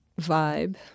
vibe